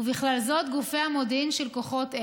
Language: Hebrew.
ובכלל זאת גופי המודיעין של כוחות אלה.